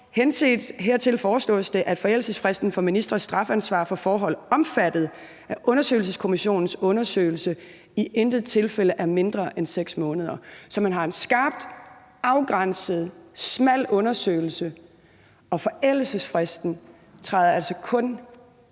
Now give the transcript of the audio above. »Henset hertil foreslås det, at forældelsesfristen for ministres strafansvar for forhold omfattet af undersøgelseskommissionens undersøgelse i intet tilfælde er mindre end 6 måneder«. Så man har en skarpt afgrænset smal undersøgelse, og forældelsesfristen træder altså kun